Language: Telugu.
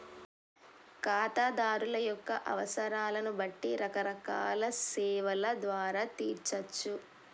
ఖాతాదారుల యొక్క అవసరాలను బట్టి రకరకాల సేవల ద్వారా తీర్చచ్చు